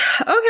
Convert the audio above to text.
Okay